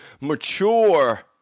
mature